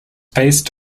based